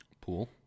pool